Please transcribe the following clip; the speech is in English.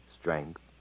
strength